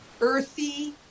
earthy